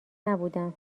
نبودم